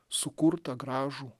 sukurtą gražų